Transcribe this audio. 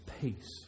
peace